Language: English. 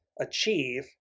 achieve